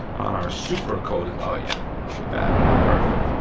on our super coated, oh yeah, look at that. perfect,